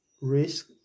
risk